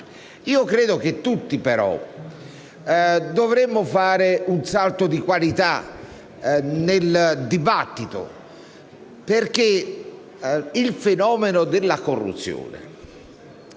Credo che tutti però dovremmo fare un salto di qualità nel dibattito, perché il fenomeno della corruzione